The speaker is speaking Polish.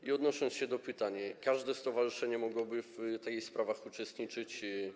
I odnosząc się do pytań: każde stowarzyszenie mogłoby w tych sprawach uczestniczyć.